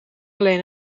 alleen